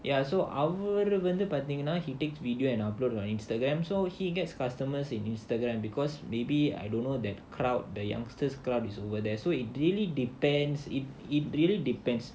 ya so அவரு வந்து பார்த்தீங்கன்னா:avaru vandhu paartheenganaa he takes video and uploaded on Instagram so he gets customers in Instagram because maybe I don't know that crowd the youngsters club is over there so it really depends it it really depends